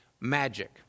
magic